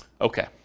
Okay